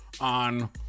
on